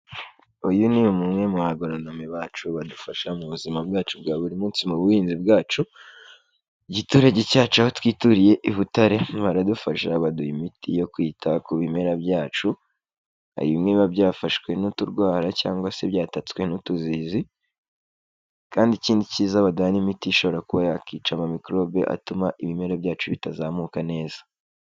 Uyu ni umwe mu bagoroneme bacu badufasha mu buzima bwacu bwa buri munsi mu buhinzi bwacu. Mu giturage cyacu aho twituriye i Butare baradufasha baduha imiti yo kwita ku bimera byacu. Hari bimwe biba byafashwe n'uturwara cyangwa se byatatswe n'utuzizi. Kandi ikindi kiza baduha n'imiti ishobora kuba yakica amamikorobe atuma ibimera byacu bitazamuka neza.